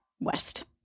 west